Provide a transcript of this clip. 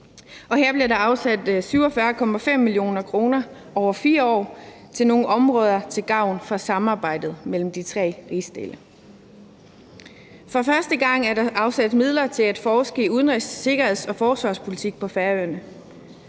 her blev der afsat 47,5 mio. kr. over 4 år til nogle områder, der er til gavn for samarbejdet mellem de tre rigsdele. For første gang er der afsat midler til at forske i udenrigs-, sikkerheds- og forsvarspolitik på Færøerne.